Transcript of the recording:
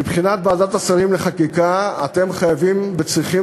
מבחינת ועדת השרים לחקיקה אתם חייבים וצריכים